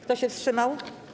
Kto się wstrzymał?